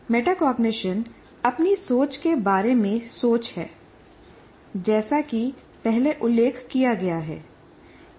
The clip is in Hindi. मेटाकॉग्निशन अपनी सोच के बारे में सोच है जैसा कि पहले उल्लेख किया गया है